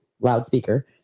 loudspeaker